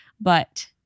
but-